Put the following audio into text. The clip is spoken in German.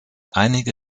einige